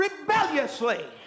rebelliously